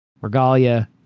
regalia